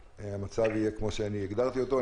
והמצב יהיה כמו שאני הגדרתי אותו.